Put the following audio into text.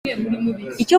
icyo